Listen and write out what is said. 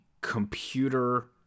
computer